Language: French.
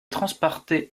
transportés